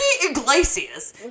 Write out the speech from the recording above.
Iglesias